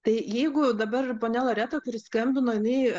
tai jeigu dabar ponia loreta skambino jinai